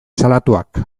salatuak